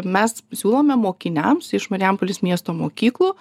mes siūlome mokiniams iš marijampolės miesto mokyklų